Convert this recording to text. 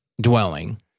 dwelling